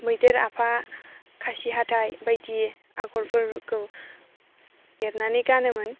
मैदेर आफा खासि हाथाय बायदि आग'रफोरखौ एरनानै गानोमोन